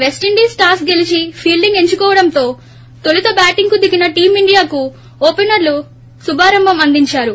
పెస్టిండీస్ toss గెలీచి fielding ఎంచుకోవడంతో తోలుత బ్యాటింగ్కు దిగిన టీం ఇండియాకు ఓపెనర్లు శుభారంభం అందించారు